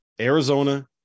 Arizona